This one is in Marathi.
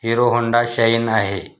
हिरो होंडा शाइन आहे